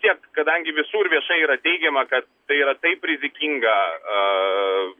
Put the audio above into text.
tiek kadangi visur viešai yra teigiama kad tai yra taip rizikinga